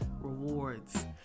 rewards